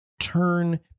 turn